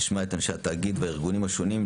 נשמע את אנשי התאגיד והארגונים השונים.